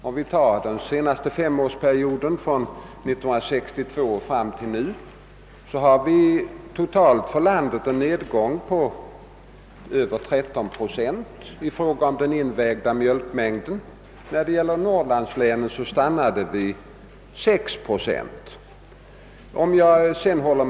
Under den senaste femårsperioden har nedgången för landet totalt sett varit drygt 13 procent i fråga om den invägda mjölkmängden, men för norrlandslänen stannar nedgången vid 6 procent.